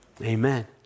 Amen